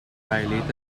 dilated